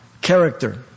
character